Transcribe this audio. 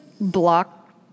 block